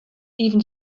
even